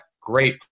Great